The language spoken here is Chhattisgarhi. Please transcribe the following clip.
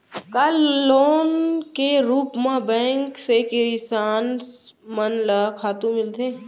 का लोन के रूप मा बैंक से किसान मन ला खातू मिलथे?